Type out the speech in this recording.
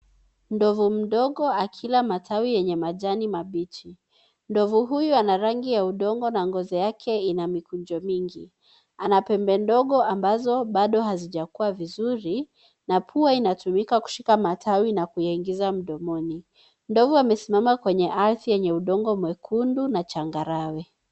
Ndovu mdogo akila matawi yenye majani mabichi. Ndovu huyu ana rangi ya udongo na ngozi mikono mingi. Ana pembe ndogo ambazo hazijakua vizuri na pia inatumika kushika matawi na kuyaingiza mdomoni. Ndovu amesimama kwenye ardhi yenye udongo mwekundu na changarawe.